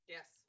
Yes